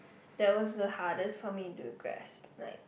that was the hardest for me to grasp like